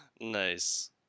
Nice